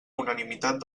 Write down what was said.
unanimitat